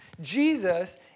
Jesus